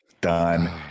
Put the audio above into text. done